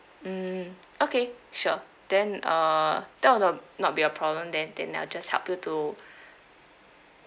mm okay sure then uh that will not not be a problem then then I'll just help you to